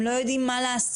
הם לא יודעים מה לעשות,